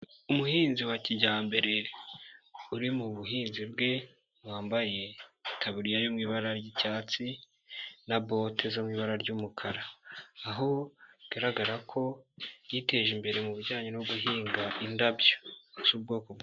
Umuhinzi wa kijyambere, uri mu buhinzi bwe, wambaye itaburiya yo mu ibara ry'icyatsi na boteza mu ibara ry'umukara, aho bigaragara ko yiteje imbere mu bijyanye no guhinga indabyo z'ubwoko.